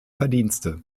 verdienste